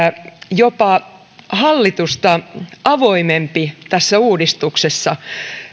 jopa hallitusta avoimempi tässä uudistuksessa